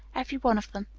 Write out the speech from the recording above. every one of them.